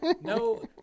No